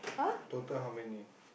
total how many